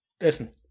Listen